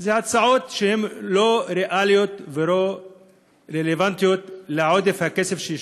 זה הצעות שהן לא ריאליות ולא רלוונטיות לעודף הכסף שישנו.